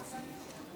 סעיפים